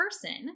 person